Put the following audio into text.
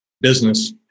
business